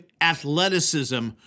athleticism